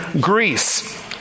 Greece